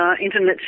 Internet